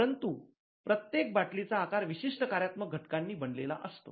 परंतु प्रत्येक बाटलीचा आकार विशिष्ट कार्यात्मक घटकांनी बनलेला असतो